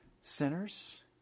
sinners